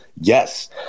yes